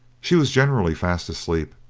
she was generally fast asleep,